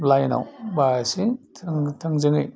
लाइयेनाव बा एसे थोंजोङै